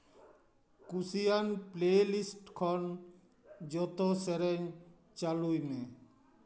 ᱠᱩᱥᱤᱭᱟᱱ playlist ᱠᱷᱚᱱ ᱡᱚᱛᱚ ᱥᱮᱨᱮᱧ ᱪᱟᱹᱞᱩᱭ ᱢᱮ